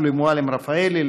שולי מועלם-רפאלי,